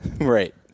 Right